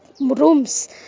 rooms